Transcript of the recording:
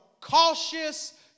cautious